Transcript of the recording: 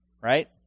right